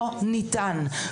לא ניתן.